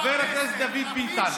חבר הכנסת דוד ביטן,